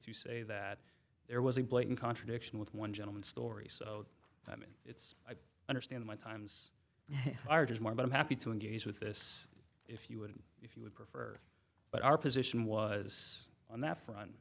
to say that there was a blatant contradiction with one gentleman story so i can understand why times more but i'm happy to engage with this if you would if you would prefer but our position was on that front